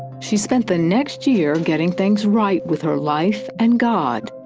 she spent the next year getting things right with her life and god.